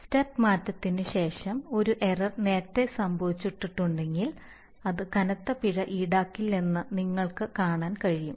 step മാറ്റത്തിന് ശേഷം ഒരു എറർ നേരത്തെ സംഭവിച്ചിട്ടുണ്ടെങ്കിൽ അത് കനത്ത പിഴ ഈടാക്കില്ലെന്ന് നിങ്ങൾക്ക് കാണാൻ കഴിയും